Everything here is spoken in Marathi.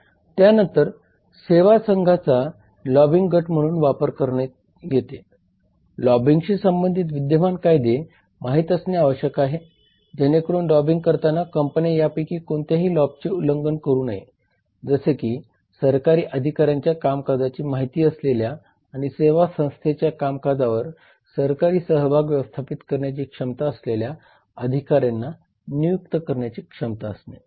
त्यानंतर सेवा संघाचा लॉबिंग गट म्हणून वापर करणे येते लॉबिंगशी संबंधित विद्यमान कायदे माहित असणे आवश्यक आहे जेणेकरून लॉबिंग करताना कंपन्या यापैकी कोणत्याही लॉबचे उल्लंघन करू नये जसे की सरकारी अधिकाऱ्यांच्या कामकाजाची माहिती असलेल्या आणि सेवा संस्थेच्या कामकाजावर सरकारी सहभाग व्यवस्थापित करण्याची क्षमता असलेल्या अधिकाऱ्यांना नियुक्त करण्याची क्षमताअसणे